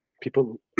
people